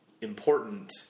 important